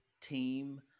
team